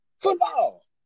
Football